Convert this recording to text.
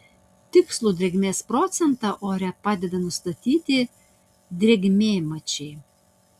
tikslų drėgmės procentą ore padeda nustatyti drėgmėmačiai